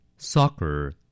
Soccer